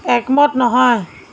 একমত নহয়